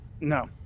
No